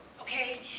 Okay